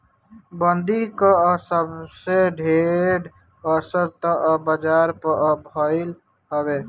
बंदी कअ सबसे ढेर असर तअ बाजार पअ भईल हवे